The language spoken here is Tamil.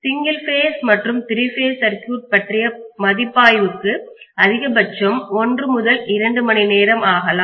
சிங்கிள் பேஸ் மற்றும் திரி பேஸ் சர்க்யூட் பற்றிய மதிப்பாய்வுக்கு அதிகபட்சம் 1 முதல் 2 மணிநேரம் ஆகலாம்